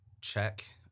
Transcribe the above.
check